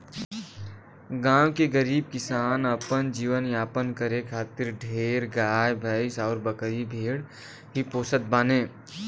गांव के गरीब किसान अपन जीवन यापन करे खातिर ढेर गाई भैस अउरी बकरी भेड़ ही पोसत बाने